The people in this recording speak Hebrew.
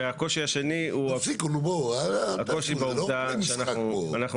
והקושי השני הוא הקושי בעובדה שאנחנו